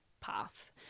path